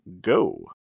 go